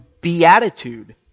beatitude